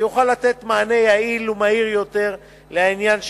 שיוכל לתת מענה יעיל ומהיר יותר לעניין שבפניה.